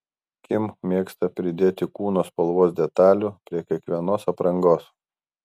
kim mėgsta pridėti kūno spalvos detalių prie kiekvienos aprangos